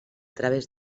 través